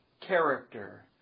character